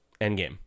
Endgame